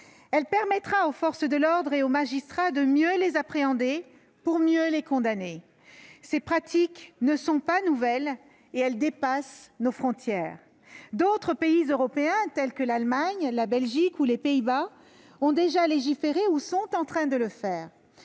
Elle permettra aux forces de l'ordre et aux magistrats de mieux appréhender les fautifs, pour mieux les condamner. Ces pratiques ne sont pas nouvelles et dépassent nos frontières. D'autres pays européens, tels que l'Allemagne, la Belgique ou les Pays-Bas, ont déjà légiféré ou sont en train de le faire.